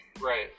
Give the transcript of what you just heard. Right